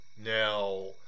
Now